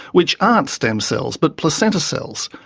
which aren't stem cells but placenta cells.